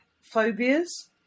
phobias